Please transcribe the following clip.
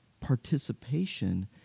participation